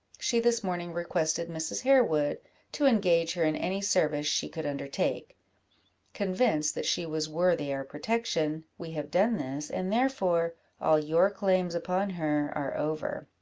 she this morning requested mrs. harewood to engage her in any service she could undertake convinced that she was worthy our protection, we have done this, and therefore all your claims upon her are over.